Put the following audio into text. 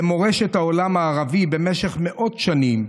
למורשת העולם הערבי במשך מאות שנים,